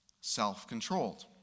self-controlled